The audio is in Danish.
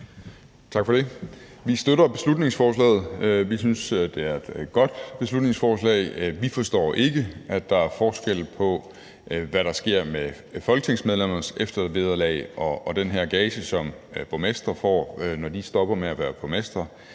Tak for det. Vi støtter beslutningsforslaget. Vi synes, at det er et godt beslutningsforslag. Vi forstår ikke, at der er forskel på, hvad der sker med folketingsmedlemmers eftervederlag og den her gage, som borgmestre får, når de stopper med at være borgmestre.